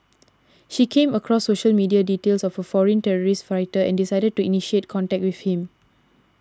she came across social media details of a foreign terrorist fighter and decided to initiate contact with him